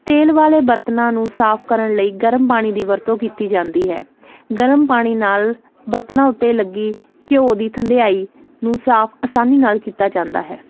ਤੇਲ ਵਾਲੇ ਬਰਤਨਾਂ ਨੂੰ ਸਾਫ ਕਰਨ ਲਈ ਗਰਮ ਪਾਣੀ ਦੀ ਵਰਤੋਂ ਕੀਤੀ ਜਾਂਦੀ ਹੈ ਗਰਮ ਪਾਣੀ ਨਾਲ ਬਰਤਨਾਂ ਉੱਤੇ ਲੱਗੀ ਘਿਓ ਦੀ ਥੰਧਿਆਈ ਨੂੰ ਸਾਫ ਆਸਾਨੀ ਨਾਲ ਕੀਤਾ ਜਾਂਦਾ ਹੈ